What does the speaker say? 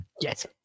Yes